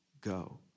go